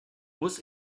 muss